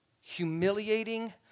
humiliating